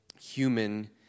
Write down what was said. human